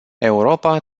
europa